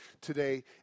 today